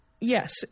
yes